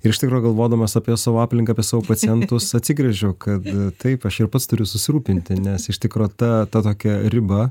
ir iš tikro galvodamas apie savo aplinką apie savo pacientus atsigręžiu kad taip aš ir pats turiu susirūpinti nes iš tikro ta tokia riba